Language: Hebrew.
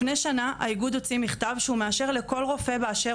לפני שנה האיגוד הוציא מכתב שהוא מאשר לכל רופא באשר